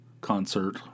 concert